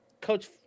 Coach